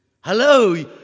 hello